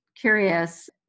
curious